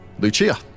Lucia